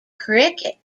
cricket